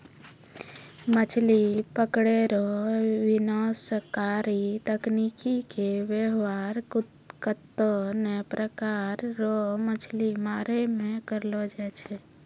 मछली पकड़ै रो विनाशकारी तकनीकी के वेवहार कत्ते ने प्रकार रो मछली मारै मे करलो जाय छै